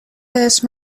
اسم